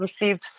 received